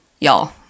y'all